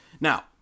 Now